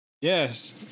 Yes